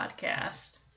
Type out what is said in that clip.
podcast